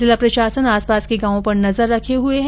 जिला प्रशासन आस पास के गांवों पर नजर रखे हुए है